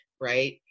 right